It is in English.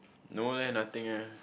no leh nothing leh